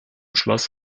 schloss